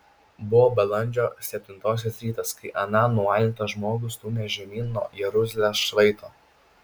buvo balandžio septintosios rytas kai aną nualintą žmogų stūmė žemyn nuo jeruzalės šlaito